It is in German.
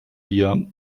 wir